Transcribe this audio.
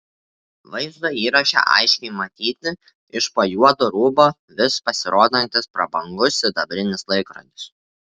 vaizdo įraše aiškiai matyti iš po juodo rūbo vis pasirodantis prabangus sidabrinis laikrodis